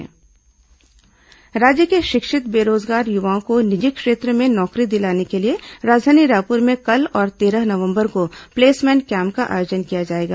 रोजगार कैम्प राज्य के शिक्षित बेरोजगार युवाओं को निजी क्षेत्र में नौकरी दिलाने के लिए राजधानी रायपुर में कल और तेरह नवंबर को प्लेसमेंट कैम्प का आयोजन किया जाएगा